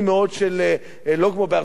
לא כמו בארצות-הברית,